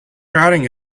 routing